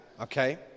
okay